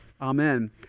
Amen